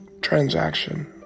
transaction